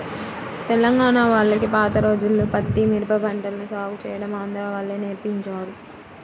తెలంగాణా వాళ్లకి పాత రోజుల్లో పత్తి, మిరప పంటలను సాగు చేయడం ఆంధ్రా వాళ్ళే నేర్పించారు